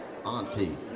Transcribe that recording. Auntie